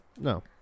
No